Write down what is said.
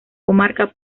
comarca